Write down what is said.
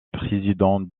président